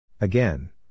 Again